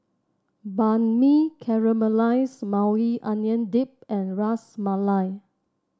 Banh Mi Caramelized Maui Onion Dip and Ras Malai